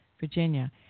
Virginia